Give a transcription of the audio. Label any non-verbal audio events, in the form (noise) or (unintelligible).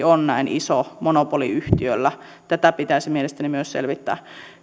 (unintelligible) on näin iso monopoliyhtiöllä myös tätä pitäisi mielestäni selvittää